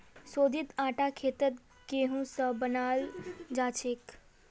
शोधित आटा खेतत गेहूं स बनाल जाछेक